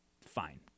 Fine